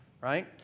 right